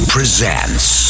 Presents